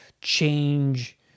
change